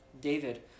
David